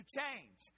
change